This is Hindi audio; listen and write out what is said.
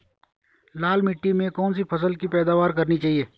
लाल मिट्टी में कौन सी फसल की पैदावार करनी चाहिए?